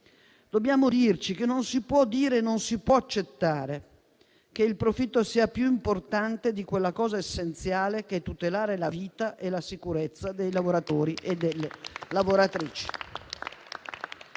noi stessi che non si può dire e non si può accettare che il profitto sia più importante di quella cosa essenziale che è tutelare la vita e la sicurezza dei lavoratori e delle lavoratrici.